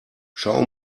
schau